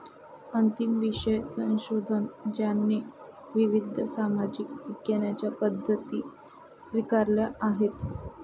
अंतिम विषय संशोधन ज्याने विविध सामाजिक विज्ञानांच्या पद्धती स्वीकारल्या आहेत